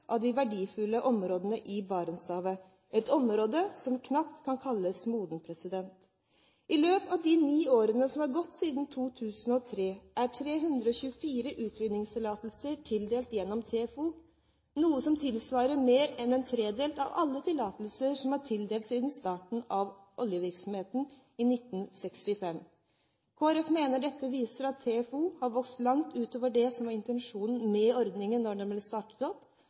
av de verdifulle områdene i Barentshavet, et område som knapt kan kalles modent. I løpet av de ni årene som er gått siden 2003, er 324 utvinningstillatelser tildelt gjennom TFO, noe som tilsvarer mer enn en tredel av alle tillatelser som er tildelt siden starten av oljevirksomheten i 1965. Kristelig Folkeparti mener dette viser at TFO har vokst langt utover det som var intensjonen med ordningen da den ble startet opp,